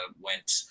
went